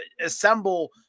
assemble